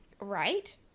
Right